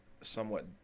somewhat